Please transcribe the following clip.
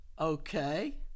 Okay